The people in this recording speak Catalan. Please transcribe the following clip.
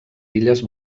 illes